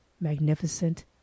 magnificent